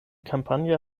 kampagne